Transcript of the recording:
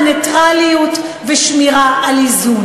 שמירה על נייטרליות ושמירה על איזון.